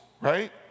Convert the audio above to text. right